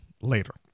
later